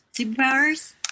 superpowers